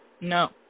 No